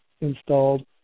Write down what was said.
installed